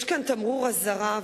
יש כאן תמרור אזהרה,